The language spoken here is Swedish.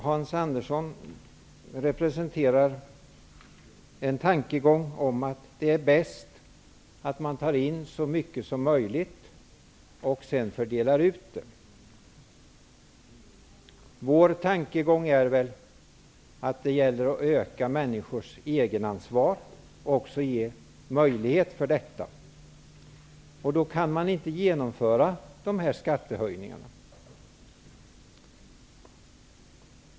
Hans Andersson representerar tankegången att det är bäst att ta in så mycket pengar som möjligt och sedan fördela ut dem. Vår tankegång är att det gäller att öka och att ge möjlighet för människors eget ansvar. Då kan man inte genomföra dessa skattehöjningar.